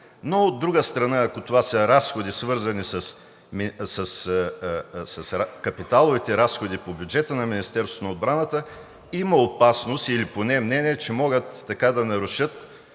но от друга страна, ако това са разходи, свързани с капиталовите разходи по бюджета на Министерството на отбраната, има опасност или поне мнения, че могат да нарушат